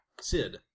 Sid